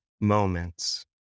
moments